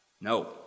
No